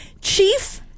Chief